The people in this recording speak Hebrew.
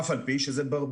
אף על פי שזה בוודאי,